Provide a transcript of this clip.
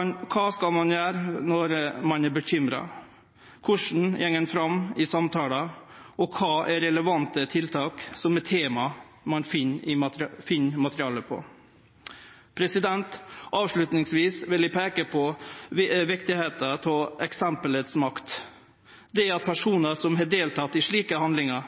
ein skal gjere når ein er bekymra, korleis ein går fram i samtalar, og kva som er relevante tiltak, er tema ein finn materiale om. Til sist vil eg peike på viktigheita av eksempelets makt. Det at personar som har delteke i slike handlingar,